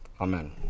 Amen